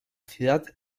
ciudad